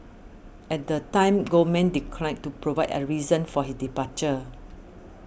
at the time Goldman declined to provide a reason for his departure